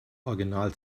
original